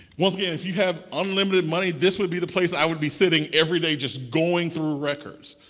once again, if you have unlimited money, this would be the place i would be sitting every day just going through records.